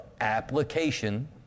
application